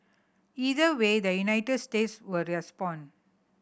either way the United States will respond